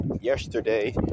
yesterday